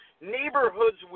neighborhoods